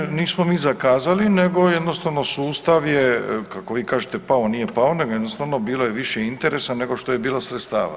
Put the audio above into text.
Nije, nismo mi zakazali nego jednostavno sustav je kako vi kažete pao, nije pao nego jednostavno bilo je više interesa nego što je bilo sredstava.